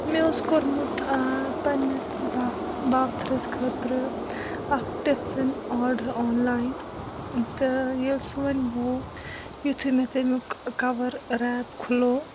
مےٚ اوس کوٚرمُت پَننِس باپ بابتھٕرَس خٲطرٕ اَکھ ٹِفِن آرڈَر آنلایِن تہٕ ییٚلہِ سُہ وَنۍ وو یُتھُے مےٚ تَمیُک کَوَر ریپ کھُلوو